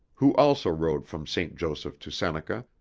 who also rode from st. joseph to seneca,